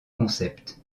concept